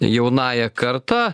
jaunąja karta